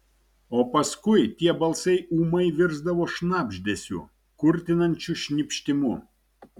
o paskui tie balsai ūmai virsdavo šnabždesiu kurtinančiu šnypštimu